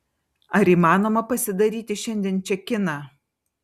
ar įmanoma pasidaryti šiandien čekiną